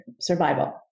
survival